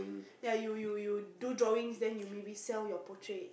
yeah you you you do drawings then maybe you sell your portraits